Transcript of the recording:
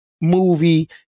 movie